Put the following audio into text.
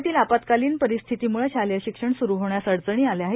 राज्यातील आपत्कालीन परिस्थितीमुळे शालेय शिक्षण सुरू होण्यास अडचणी आल्या आहेत